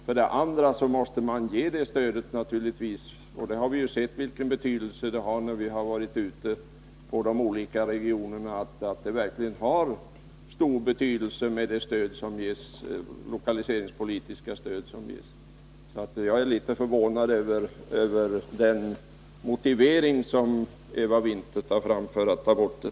Och naturligtvis måste man fortsätta att ge lokaliseringspolitiskt stöd. När vi har varit ute i de olika regionerna har vi sett att det lokaliseringspolitiska stöd som ges verkligen har stor betydelse. Jag är alltså förvånad över Eva Winthers motivering för att ta bort stödet.